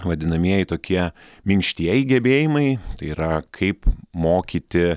vadinamieji tokie minkštieji gebėjimai yra kaip mokyti